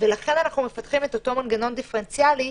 לכן, אנחנו מפתחים את אותו מנגנון דיפרנציאלי.